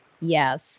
yes